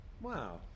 Wow